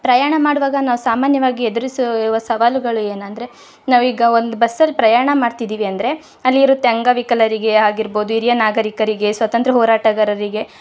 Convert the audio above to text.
ಪ್ರಯಾಣ ಮಾಡುವಾಗ ನಾವು ಸಾಮಾನ್ಯವಾಗಿ ಎದುರಿಸುವ ಸವಾಲುಗಳು ಏನಂದರೆ ನಾವೀಗ ಒಂದು ಬಸ್ಸಲ್ಲಿ ಪ್ರಯಾಣ ಮಾಡ್ತಿದ್ದೀವಿ ಅಂದರೆ ಅಲ್ಲಿರುತ್ತೆ ಅಂಗವಿಕಲರಿಗೆ ಆಗಿರ್ಬೌದು ಹಿರಿಯ ನಾಗರೀಕರಿಗೆ ಸ್ವಾತಂತ್ರ್ಯ ಹೋರಾಟಗಾರರಿಗೆ